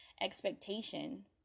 expectation